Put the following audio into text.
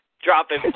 Dropping